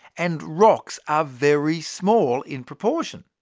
and rocks are very small in proportion.